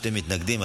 שני מתנגדים,